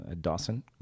dawson